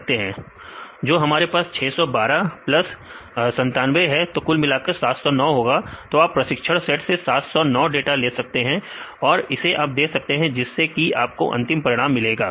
विद्यार्थी 600 प्लस जो हमारे पास 612 प्लस 97 है तो यह कुल मिलाकर 709 होगा तो आप प्रशिक्षण सेट से 709 डाटा ले सकते हैं और इसे आप दे सकते हैं जिससे कि आपको अंतिम परिणाम मिलेगा